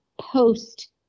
post